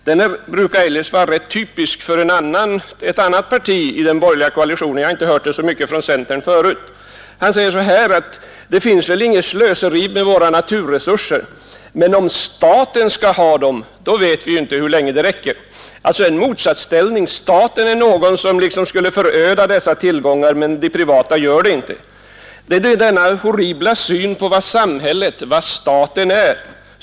Det brukar eljest vara ganska typiskt för ett annat parti i den borgerliga koalitionen, och jag har inte hört det så mycket från centerpartiet förut. Herr Hansson säger att det förekommer väl inget slöseri med våra naturresurser, men om staten skall ha hand om dem så vet vi inte hur länge de räcker. Det är ett motsägelsefullt yttrande. Staten är alltså någon som skulle föröda dessa tillgångar medan det privata inte gör det. Det är en horribel syn på vad staten eller samhället är.